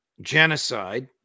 genocide